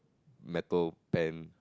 metal pan